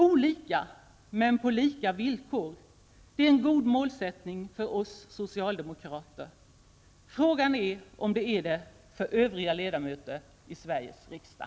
Olika men på lika villkor -- det är en god målsättning för oss socialdemokrater. Frågan är om det är för de övriga ledamöterna i Sveriges riksdag.